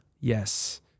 yes